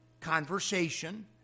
conversation